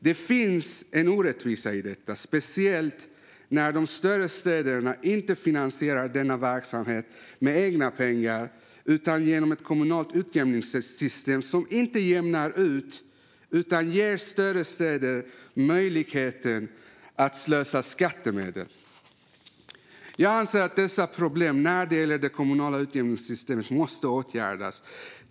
Det finns en orättvisa i detta, speciellt när de större städerna inte finansierar denna verksamhet med egna pengar utan genom ett kommunalt utjämningssystem som inte jämnar ut utan ger större städer möjlighet att slösa med skattemedel. Jag anser att dessa problem med det kommunala utjämningssystemet måste åtgärdas.